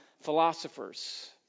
philosophers